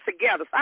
together